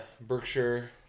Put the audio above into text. Berkshire